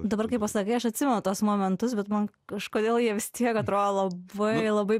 dabar kai pasakai aš atsimenu tuos momentus bet man kažkodėl jie vis tiek atrodo labai labai